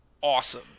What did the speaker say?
awesome